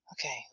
Okay